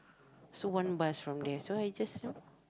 so one bus from there so I just know